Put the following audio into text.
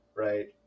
Right